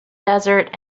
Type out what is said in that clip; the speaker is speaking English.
desert